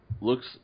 looks